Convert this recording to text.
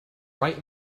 right